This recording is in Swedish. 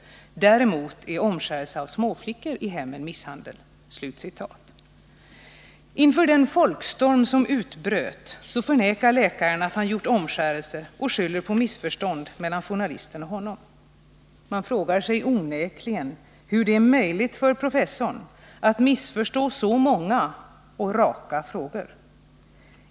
Däremot är omskärelse av småflickor i hemmen misshandel.” Inför den folkstorm som utbröt förnekar läkaren att han gjort omskärelse och skyller på missförstånd mellan journalisten och honom. Man frågar sig onekligen hur det är möjligt för professorn att missförstå så många och raka frågor.